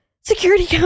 security